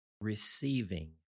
Receiving